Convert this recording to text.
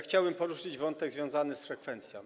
Chciałbym poruszyć wątek związany z frekwencją.